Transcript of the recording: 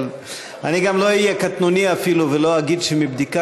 אבל אני גם לא אהיה קטנוני אפילו ולא אגיד שמבדיקה